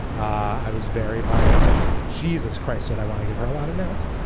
i was very proud of myself because jesus christ said, i want to give her a lot of notes.